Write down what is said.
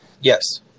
Yes